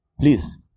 Please